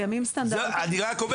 קיימים סטנדרטים --- אני רק אומר